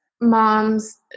moms